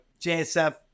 JSF